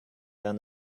down